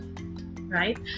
right